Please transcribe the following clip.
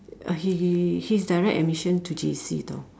uh he he he's direct admission to J_C though